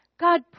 God